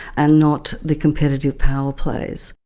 and not the competitive power-plays.